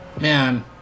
Man